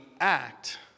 act